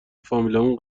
فامیلامونم